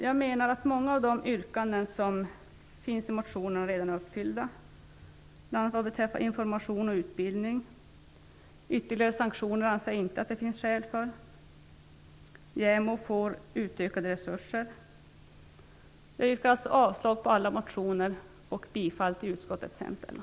Jag menar att många av de yrkanden som finns i motionerna redan är uppfyllda, bl.a. beträffande information och utbildning. Jag anser inte att det finns skäl för ytterligare sanktioner. JämO får utökade resurser. Jag yrkar därför avslag på alla reservationer och bifall till utskottets hemställan.